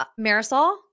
Marisol